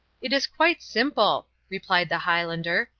it is quite simple, replied the highlander.